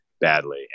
badly